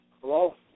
Hello